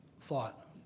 thought